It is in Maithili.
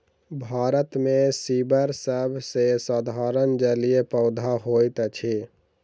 भारत मे सीवर सभ सॅ साधारण जलीय पौधा होइत अछि